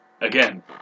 Again